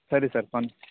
ಸರಿ ಸರ್